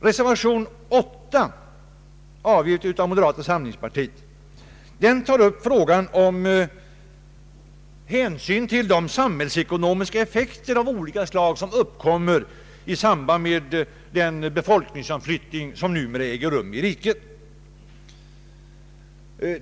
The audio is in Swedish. Reservationen 8, avgiven av moderata samlingspartiet, tar upp frågan om hänsynen till de samhällsekonomiska effekter av olika slag som uppkommer i samband med den befolkningsomflyttning som numera äger rum i riket.